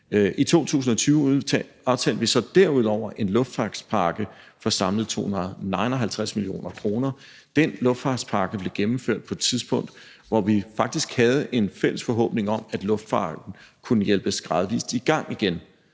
I 2020 aftalte vi så derudover en luftfartspakke for samlet 259 mio. kr. Den luftfartspakke blev gennemført på et tidspunkt, hvor vi faktisk havde en fælles forhåbning om, at luftfarten gradvis kunne hjælpes i gang igen.